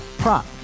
prop